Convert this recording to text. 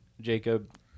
Jacob